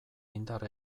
indar